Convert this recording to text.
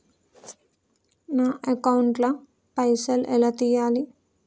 నా అకౌంట్ ల పైసల్ ఎలా తీయాలి?